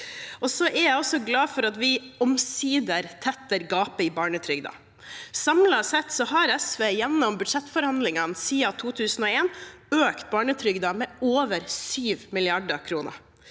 Jeg er også glad for at vi omsider tetter gapet i barnetrygden. Samlet sett har SV gjennom budsjettforhandlingene siden 2001 økt barnetrygden med over